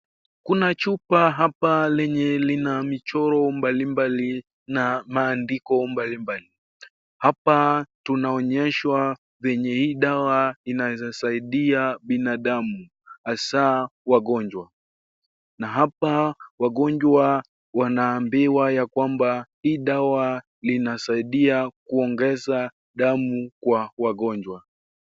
Kuna chupa hapa yenye ina michoro mbalimbali na maandiko mbalimbali. Hapa tunaonyeshwa venye hii dawa inaeza saidia binadamu hasa wagonjwa, na hapa wagonjwa wanaambiwa ya kwamba hii dawa inasaidia kuongeza damu kwa wagonjwa.